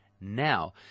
Now